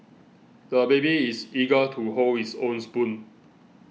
the baby is eager to hold his own spoon